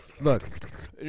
Look